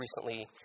recently